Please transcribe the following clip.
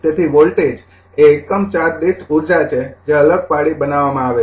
તેથી વોલ્ટેજ એ એકમ ચાર્જ દીઠ ઉર્જા છે જે અલગ પાડી બનાવવામાં આવે છે